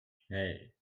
hey